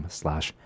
slash